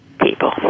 people